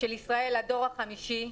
של ישראל לדור החמישי.